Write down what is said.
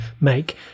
make